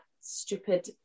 stupid